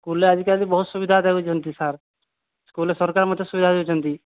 school ରେ ଆଜିକାଲି ବହୁତ ସୁବିଧା ଦେଉଛନ୍ତି ସାର୍ ସ୍କୁଲ ରେ ସରକାର ମଧ୍ୟ ସୁବିଧା ଦେଉଛନ୍ତି